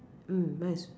mm mine is